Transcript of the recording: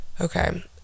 okay